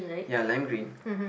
ya lime green